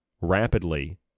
rapidly